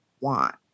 want